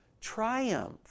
triumph